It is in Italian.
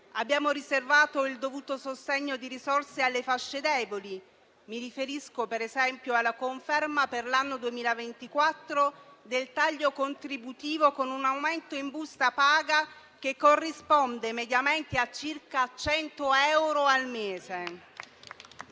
Abbiamo riservato il dovuto sostegno di risorse alle fasce deboli: mi riferisco, per esempio, alla conferma per l'anno 2024 del taglio contributivo, con un aumento in busta paga che corrisponde mediamente a circa 100 euro al mese.